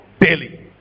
Daily